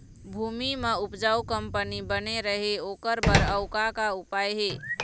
भूमि म उपजाऊ कंपनी बने रहे ओकर बर अउ का का उपाय हे?